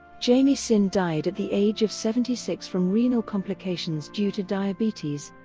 jaime sin died at the age of seventy six from renal complications due to diabetes.